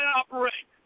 operate